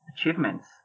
achievements